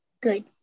Good